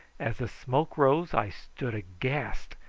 as the smoke rose i stood aghast,